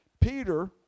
Peter